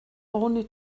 only